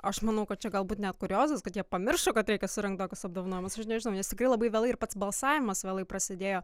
aš manau kad čia galbūt net kuriozas kad jie pamiršo kad reikia surengt tokius apdovanojimas až nežinau nes tikrai labai vėlai ir pats balsavimas vėlai prasidėjo